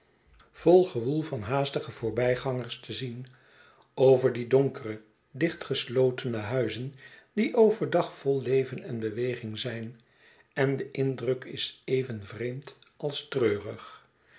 sghetsen van boz woel vanhaastige voorbij gangers te zien over die donkere dichtgeslotene huizen die over dag vol leven en beweging zijn en de indruk is even vreemd als treurig